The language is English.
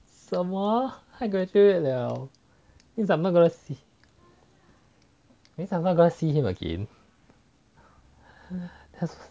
什么他 graduate 了 means I'm not gonna see means I'm not gonna see him again